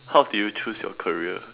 how do you choose your career